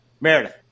Meredith